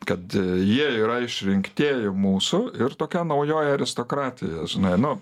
kad jie yra išrinktieji mūsų ir tokia naujoji aristokratija žinai nu